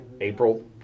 April